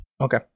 Okay